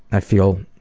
i feel